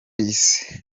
isi